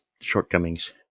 shortcomings